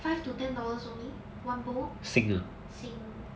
five to ten dollars only one bowl sing